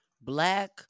Black